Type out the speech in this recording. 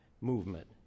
movement